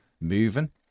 moving